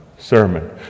Sermon